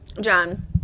john